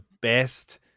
best